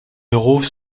héros